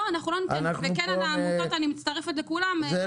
ולגבי העמותות אני מצטרפת לכולן.